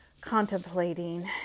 contemplating